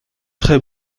très